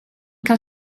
cael